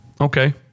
Okay